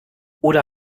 oder